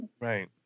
Right